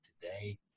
today